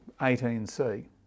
18C